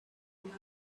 love